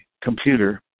computer